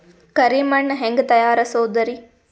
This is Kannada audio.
ಕರಿ ಮಣ್ ಹೆಂಗ್ ತಯಾರಸೋದರಿ?